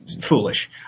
foolish